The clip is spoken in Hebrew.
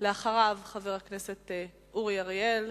אחריו, חבר הכנסת אורי אריאל,